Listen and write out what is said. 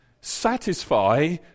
satisfy